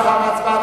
מייד לאחר ההצבעה,